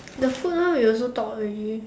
the food one we also talked already